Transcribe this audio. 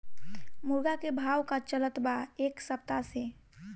मुर्गा के भाव का चलत बा एक सप्ताह से?